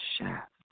shaft